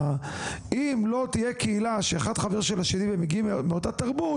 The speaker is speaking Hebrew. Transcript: אם לא תהיה קהילה שאחד חבר של השני ומגיעים מאותה תרבות,